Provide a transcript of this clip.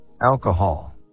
alcohol